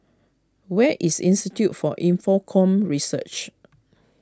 where is Institute for Infocomm Research